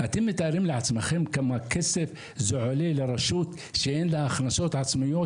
אתם מתארים לעצמכם כמה כסף זה עולה לרשות שאין לה הכנסות עצמיות?